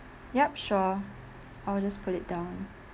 yup sure I'll just put it down